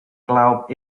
glaub